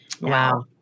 Wow